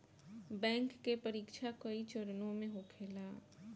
bank के परीक्षा कई चरणों में होखेला